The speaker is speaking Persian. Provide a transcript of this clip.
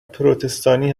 پروتستانی